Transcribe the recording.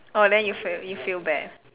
orh then you feel you feel bad